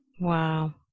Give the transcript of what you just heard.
Wow